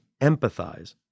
empathize